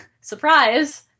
surprise